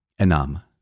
Enam